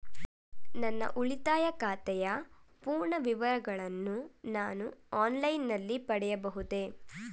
ನನ್ನ ಉಳಿತಾಯ ಖಾತೆಯ ಪೂರ್ಣ ವಿವರಗಳನ್ನು ನಾನು ಆನ್ಲೈನ್ ನಲ್ಲಿ ಪಡೆಯಬಹುದೇ?